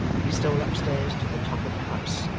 he stole upstairs to the top of the house,